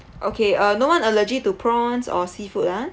okay uh no one allergy to prawns or seafood lah